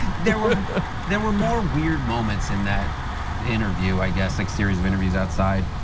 there were there were more weird moments in that interview i guess like series of interviews outside.